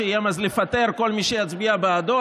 שאיים אז לפטר כל מי שיצביע בעדו.